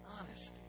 honesty